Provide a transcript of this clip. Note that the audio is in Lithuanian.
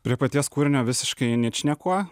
prie paties kūrinio visiškai ničniekuo